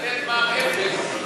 לתת מע"מ אפס,